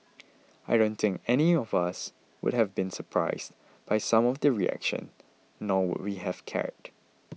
I don't think anyone of us would have been surprised by some of the reaction nor would we have cared